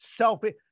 selfie